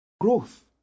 Growth